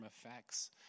effects